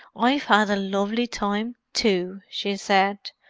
i've had a lovely time, too! she said.